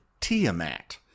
Tiamat